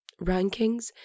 rankings